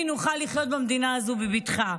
ואני נוכל לחיות במדינה הזו בבטחה.